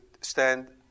stand